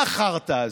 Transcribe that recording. מה החרטא הזו?